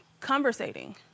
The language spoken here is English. conversating